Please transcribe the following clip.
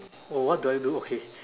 oh what do I do okay